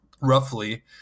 roughly